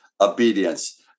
obedience